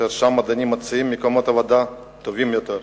שם המדענים מוצאים מקומות עבודה טובים יותר,